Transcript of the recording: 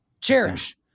cherish